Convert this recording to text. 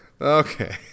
okay